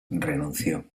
renunció